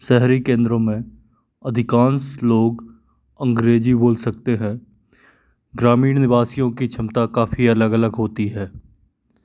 शहरी केंद्रों में अधिकांश लोग अंग्रेजी बोल सकते हैं ग्रामीण निवासियों की क्षमता काफ़ी अलग अलग होती है